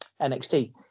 NXT